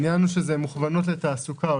זה מוכוונות לתעסוקה.